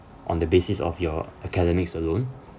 on the basis of your academics alone